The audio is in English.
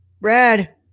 Brad